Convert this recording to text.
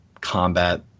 combat